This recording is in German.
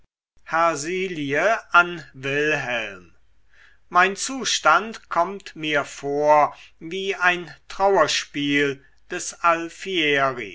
an wilhelm mein zustand kommt mir vor wie ein trauerspiel des